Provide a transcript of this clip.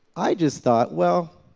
i just thought, well,